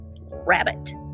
rabbit